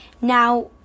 Now